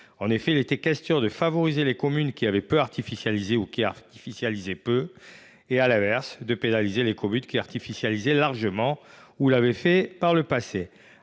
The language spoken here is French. En effet, il était question de favoriser les communes qui avaient peu artificialisé ou qui artificialisaient peu et, à l’inverse, de pénaliser les communes qui artificialisaient largement ou l’avaient fait par le passé.